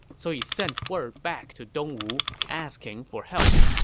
so he sent word back to dongwu asking for help.